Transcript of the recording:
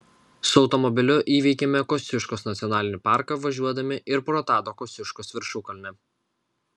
su automobiliu įveikėme kosciuškos nacionalinį parką važiuodami ir pro tado kosciuškos viršukalnę